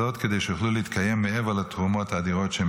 זאת כדי שיוכלו להתקיים מעבר לתרומות האדירות שהם